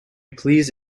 please